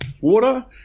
water